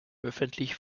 öffentlich